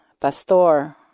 Pastor